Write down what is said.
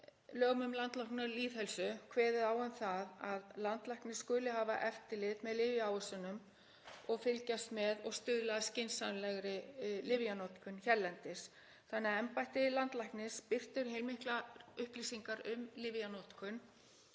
lögum um landlækni og lýðheilsu kveðið á um að landlæknir skuli hafa eftirlit með lyfjaávísunum og fylgjast með og stuðla að skynsamlegri lyfjanotkun hérlendis, þannig að embætti landlæknis birtir heilmiklar upplýsingar um lyfjanotkun,